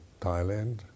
Thailand